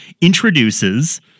introduces—